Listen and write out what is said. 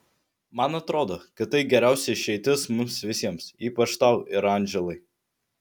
man atrodo kad tai geriausia išeitis mums visiems ypač tau ir andželai